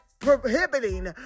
prohibiting